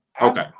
Okay